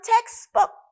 textbook